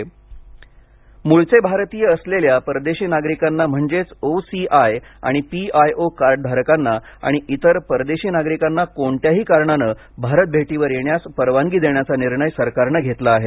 visa OCI मुळचे भारतीय असल्याल्या परदेशी नागरिकांना म्हणजेच ओसीआय आणि पीआयओ कार्ड धारकांना आणि इतर परदेशी नागरिकांना कोणत्याही कारणाने भारत भेटीवर येण्यास परवानगी देण्याचा निर्णय सरकारने घेतला आहे